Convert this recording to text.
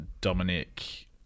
Dominic